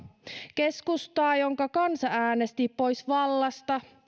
keskustaa jonka kansa äänesti pois vallasta